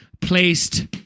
placed